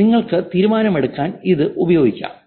നിങ്ങൾക്ക് തീരുമാനമെടുക്കാൻ ഇത് ഉപയോഗിക്കാം